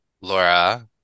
Laura